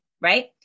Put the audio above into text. Right